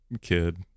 kid